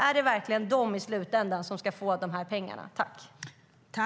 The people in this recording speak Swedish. Är det verkligen de som i slutändan ska få pengarna?